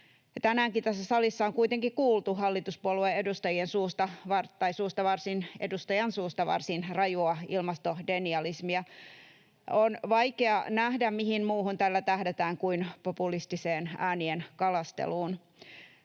tänäänkin tässä salissa on kuitenkin kuultu hallituspuolueen edustajan suusta varsin rajua ilmastodenialismia. On vaikea nähdä, mihin muuhun tällä tähdätään kuin populistiseen äänien kalasteluun.